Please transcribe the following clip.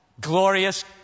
Glorious